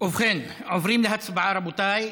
ובכן, עוברים להצבעה, רבותיי.